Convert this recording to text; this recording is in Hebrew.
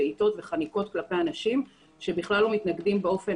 בעיטות וחניקות כלפי אנשים שבכלל לא מתנגדים באופן